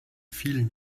vielen